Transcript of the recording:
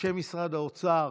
אנשי משרד האוצר,